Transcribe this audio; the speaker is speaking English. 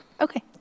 Okay